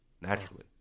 naturally